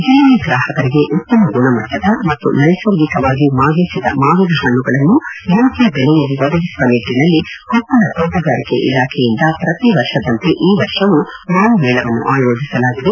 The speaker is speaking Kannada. ಜಿಲ್ಲೆಯ ಗ್ರಾಹಕರಿಗೆ ಉತ್ತಮ ಗುಣಮಟ್ಟದ ಮತ್ತು ನೈಸರ್ಗಿಕವಾಗಿ ಮಾಗಿಸಿದ ಮಾವಿನ ಹಣ್ಣುಗಳನ್ನು ಯೋಗ್ಯ ಬೆಲೆಯಲ್ಲಿ ಒದಗಿಸುವ ನಿಟ್ಟನಲ್ಲಿ ಕೊಪ್ಪಳ ತೋಟಗಾರಿಕೆ ಇಲಾಖೆಯಿಂದ ಪ್ರತಿ ವರ್ಷದಂತೆ ಈ ವರ್ಷವೂ ಮಾವು ಮೇಳವನ್ನು ಆಯೋಜಿಸಲಾಗಿದೆ